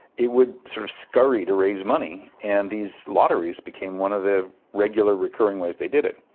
it would sort of scurry to raise money and these lotteries became one of the regular recurring ways they did it.